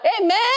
Amen